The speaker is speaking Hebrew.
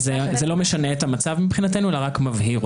זה לא משנה מבחינתנו את המצב, אלא רק מבהיר אותו.